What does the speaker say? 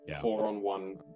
four-on-one